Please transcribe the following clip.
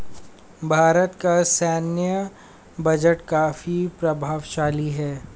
भारत का सैन्य बजट काफी प्रभावशाली है